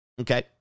okay